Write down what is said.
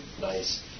nice